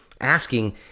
asking